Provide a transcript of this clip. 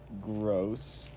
gross